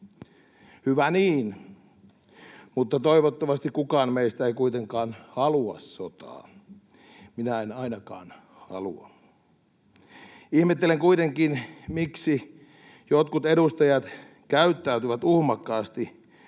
Hyvä niin, mutta toivottavasti kukaan meistä ei kuitenkaan halua sotaa. Minä en ainakaan halua. Ihmettelen kuitenkin, miksi jotkut edustajat käyttäytyvät uhmakkaasti sotaa